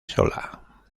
sola